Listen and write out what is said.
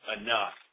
enough